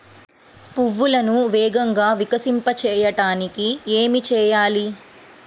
పువ్వులను వేగంగా వికసింపచేయటానికి ఏమి చేయాలి?